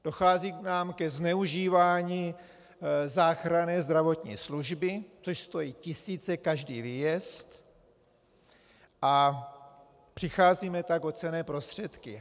Dochází ke zneužívání záchranné zdravotní služby, což stojí tisíce každý výjezd, a přicházíme tak o cenné prostředky.